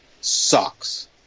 sucks